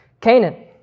Canaan